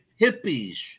hippies